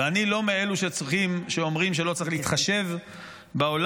ואני לא מאלו שאומרים שלא צריך להתחשב בעולם,